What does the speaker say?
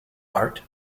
art